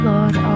Lord